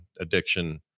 addiction